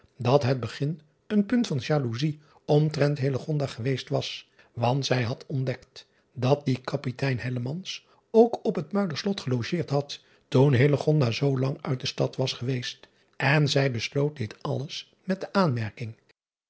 dat het beginsel een punt van driaan oosjes zn et leven van illegonda uisman jaloezij omtrent geweest was want zij had ontdekt dat die aptein ook op t uiderslot gelogeerd had toen zoolang uit de stad was geweest en zij besloot dit alles met de aanmerking